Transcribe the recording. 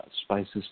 spices